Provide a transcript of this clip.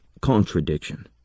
contradiction